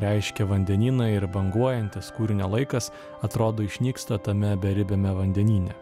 reiškia vandenyną ir banguojantis kūrinio laikas atrodo išnyksta tame beribiame vandenyne